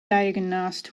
diagnosed